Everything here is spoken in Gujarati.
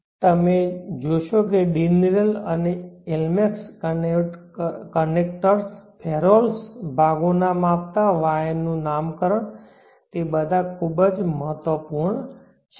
તેથી તમે જોશો કે ડીન રેલ અને એલ્મેક્સ કનેક્ટર્સ ફેરોલ્સ નામના ભાગો નામકરણ વાયર તે બધા ખૂબ મહત્વપૂર્ણ છે